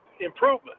improvement